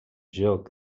joc